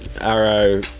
Arrow